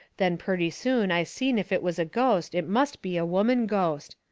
then purty soon i seen if it was a ghost it must be a woman ghost.